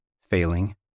failing